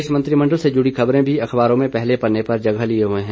प्रदेश मंत्रिमंडल से जुड़ी खबरें मी अखबारों में पहले पन्ने पर जगह लिए हुए हैं